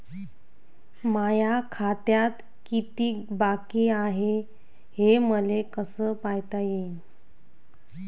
माया खात्यात कितीक बाकी हाय, हे मले कस पायता येईन?